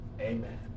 Amen